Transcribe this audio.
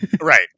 Right